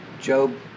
Job